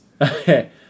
Okay